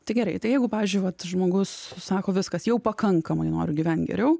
tai gerai tai jeigu pavyzdžiui vat žmogus sako viskas jau pakankamai noriu gyvent geriau